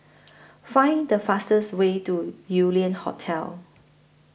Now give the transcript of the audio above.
Find The fastest Way to Yew Lian Hotel